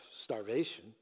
starvation